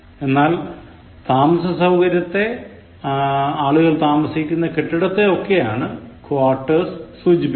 എന്നാൽ താമസ സൌകാര്യത്തെ ആളുകൾ താമസിക്കുന്ന കെട്ടിടത്തെ ഒക്കെയാണ് "quarters" സൂചിപ്പിക്കുന്നത്